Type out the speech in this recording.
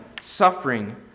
suffering